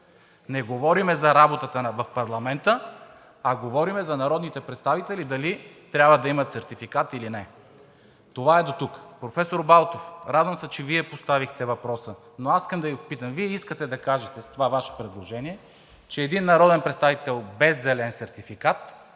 Не говорим за работата в парламента, а говорим за народните представители дали трябва да имат сертификат или не. Това е дотук. Професор Балтов, радвам се, че Вие поставихте въпроса, но аз искам да Ви попитам: Вие искате да кажете с това Ваше предложение, че един народен представител без зелен сертификат